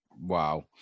Wow